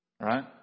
Right